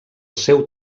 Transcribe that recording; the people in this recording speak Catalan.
seu